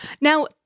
Now